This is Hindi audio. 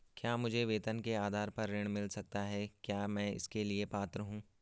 क्या मुझे वेतन के आधार पर ऋण मिल सकता है क्या मैं इसके लिए पात्र हूँ?